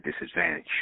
disadvantage